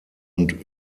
und